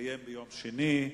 תתקיים ביום שני,